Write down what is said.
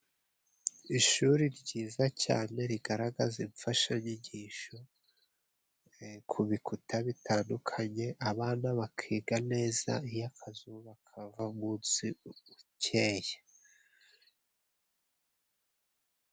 Ishuri ryiza cyane rigaragaza imfashanyigisho ku bikuta bitandukanye. Abana bakiga neza iyo akazuba kava umunsi uba ukeye.